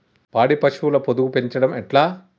పాడి పశువుల పొదుగు పెంచడం ఎట్లా?